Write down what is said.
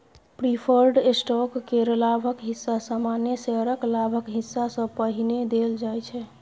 preferred stock केर लाभक हिस्सा सामान्य शेयरक लाभक हिस्सा सँ पहिने देल जाइ छै